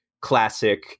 classic